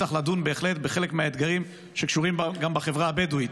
צריך לדון בהחלט בחלק מהאתגרים שקשורים גם לחברה הבדואית.